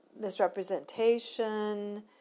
misrepresentation